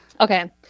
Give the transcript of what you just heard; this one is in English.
Okay